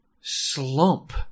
slump